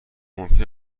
ممکن